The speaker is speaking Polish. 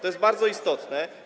To jest bardzo istotne.